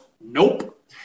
nope